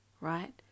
right